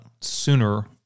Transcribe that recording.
sooner